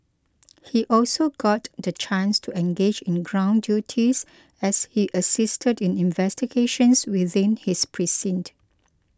he also got the chance to engage in ground duties as he assisted in investigations within his precinct